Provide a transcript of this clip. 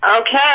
Okay